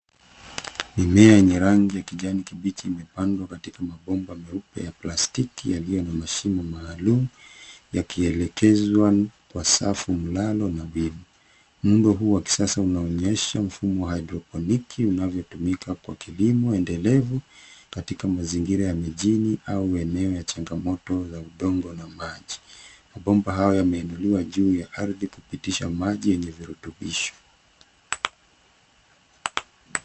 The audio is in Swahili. Mimea yenye rangi ya kijani kibichi imepandwa katika mabomba meupe ya plastiki yaliyo na mashimo maalum yakielekezwa kwa safu mlalo nabihi. Muundo huu wa kisasa unaonyesha mfumo wa hydroponiki unavyotumika kwa kilimo endelevu katika mazingira ya mijini au eneo ya changamoto la udongo na maji. Mabomba hayo yameinuliwa juu ya ardhi kupitisha maji yenye virutubisho.